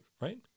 right